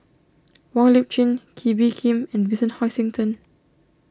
Wong Lip Chin Kee Bee Khim and Vincent Hoisington